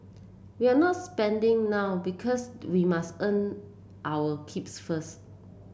we're not spending now because we must earn our keeps first